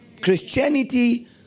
Christianity